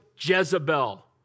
Jezebel